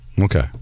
Okay